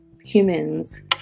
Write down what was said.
humans